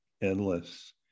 endless